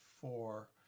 four